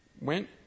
went